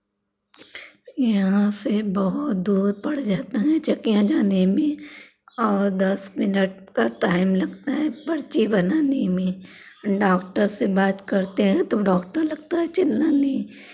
यहाँ से बहुत दूर पड़ जाता है चकिया जाने में और दस मिनट का टाइम लगता है पर्ची बनाने में डॉक्टर से बात करते हैं तो डॉक्टर लगता है चिल्लाने